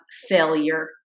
failure